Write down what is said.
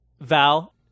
Val